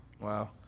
wow